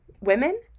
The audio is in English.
women